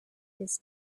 his